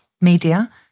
media